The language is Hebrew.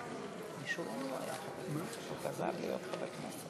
חבריי חברי הכנסת,